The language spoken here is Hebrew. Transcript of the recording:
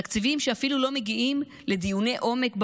תקציבים שאפילו לא מגיעים לדיוני עומק בוועדה.